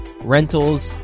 rentals